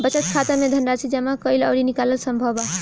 बचत खाता में धनराशि जामा कईल अउरी निकालल संभव बा